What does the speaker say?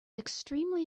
extremely